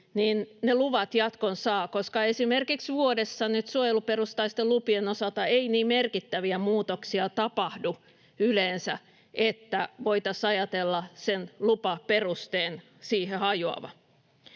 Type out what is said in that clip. ne luvat jatkon saavat, koska esimerkiksi vuodessa suojeluperustaisten lupien osalta ei nyt niin merkittäviä muutoksia yleensä tapahdu, että voitaisiin ajatella sen lupaperusteen siihen hajoavan.